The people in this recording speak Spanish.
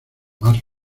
más